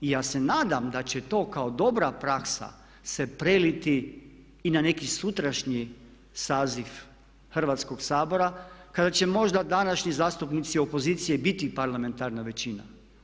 I ja se nadam da će to kao dobra praksa se preliti i na neki sutrašnji saziv Hrvatskog sabora kada će možda današnji zastupnici opoziciji biti parlamentarna većina.